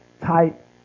type